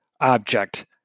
object